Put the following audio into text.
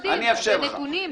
הנתונים.